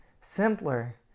simpler